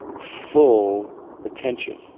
full attention